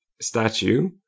statue